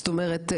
זאת אומרת,